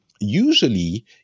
Usually